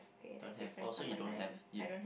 don't have oh so you don't have you~